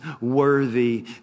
worthy